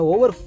Over